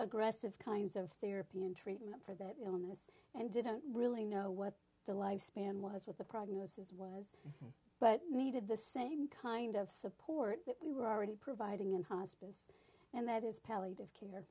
aggressive kinds of therapy and treatment for that illness and didn't really know what the lifespan was with the prognosis but needed the same kind of support that we were already providing in hospice and that is